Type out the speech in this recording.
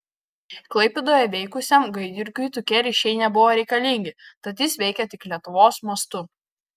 klaipėdoje veikusiam gaidjurgiui tokie ryšiai nebuvo reikalingi tad jis veikė tik lietuvos mastu